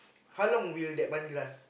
how long will that money last